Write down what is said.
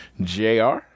JR